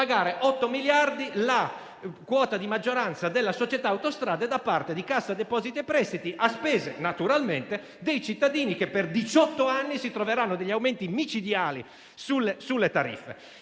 la quota di maggioranza della società Autostrade da parte di Cassa depositi e prestiti, a spese naturalmente dei cittadini, che per diciotto anni si troveranno degli aumenti micidiali sulle tariffe.